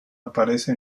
aparece